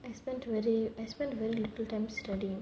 I spend very I spend very little time studying